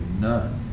none